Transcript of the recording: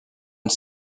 une